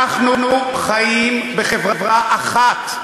אנחנו חיים בחברה אחת,